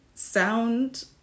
sound